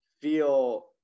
feel